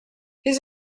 his